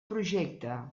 projecte